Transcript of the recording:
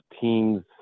teams